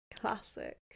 classic